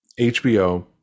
HBO